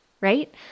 right